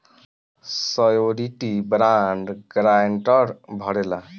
surety bond guarantor भरेला